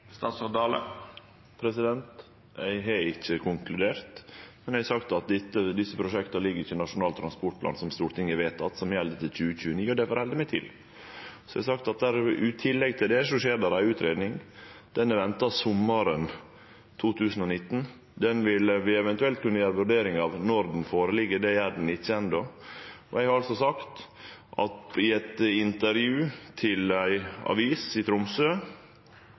Eg har ikkje konkludert, men eg har sagt at desse prosjekta ligg ikkje i Nasjonal transportplan, som Stortinget har vedteke, og som gjeld til 2029, og det held eg meg til. Så har eg sagt at i tillegg til det skjer det ei utgreiing. Den er venta sommaren 2019. Den vil vi eventuelt kunne gjere ei vurdering av når ho føreligg. Det gjer ho ikkje enno. Eg har sagt i eit intervju til ei avis i Tromsø